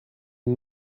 une